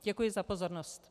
Děkuji za pozornost.